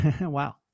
Wow